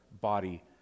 body